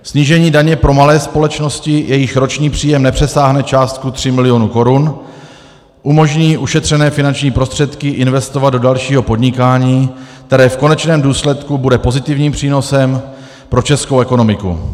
Snížení daně pro malé společnosti, jejichž roční příjem nepřesáhne částku 3 miliony korun, umožní ušetřené finanční prostředky investovat do dalšího podnikání, které v konečném důsledku bude pozitivním přínosem pro českou ekonomiku.